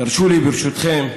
תרשו לי, ברשותכם,